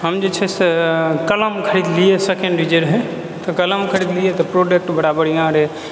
हम जे छै से कलम खरीदलिये सेकेन्ड जे रहै तऽ कलम खरीदलिये तऽ प्रॉडक्ट बड़ा बढिआँ रहै